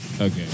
okay